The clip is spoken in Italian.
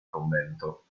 convento